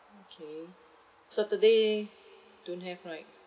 okay saturday don't have right